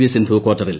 V Sindhu കാർട്ടറിൽ